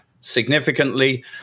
significantly